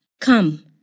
Come